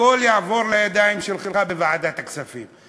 הכול יעבור לידיים שלך בוועדת הכספים,